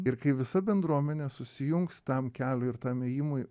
ir kai visa bendruomenė susijungs tam keliui ir tam ėjimui